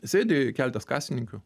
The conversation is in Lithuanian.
sėdi keletas kasininkių